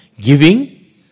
giving